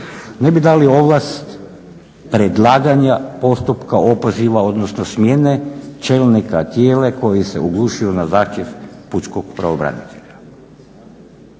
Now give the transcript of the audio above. ne bi dali ovlast predlaganja postupka opoziva odnosno smjene čelnika tijela koji se oglušio na zahtjev pučkog pravobranitelja?